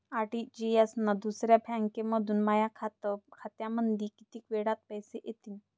RTGS न दुसऱ्या बँकेमंधून माया बँक खात्यामंधी कितीक वेळातं पैसे येतीनं?